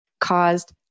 caused